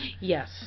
Yes